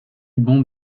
bancs